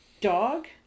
dog